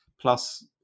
Plus